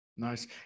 Nice